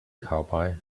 cowboy